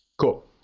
cool